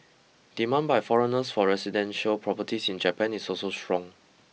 demand by foreigners for residential properties in Japan is also strong